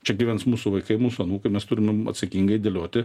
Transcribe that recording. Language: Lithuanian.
čia gyvens mūsų vaikai mūsų anūkai mes turim atsakingai dėlioti